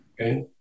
Okay